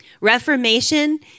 Reformation